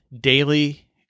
daily